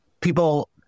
People